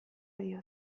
diot